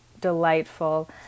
delightful